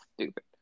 stupid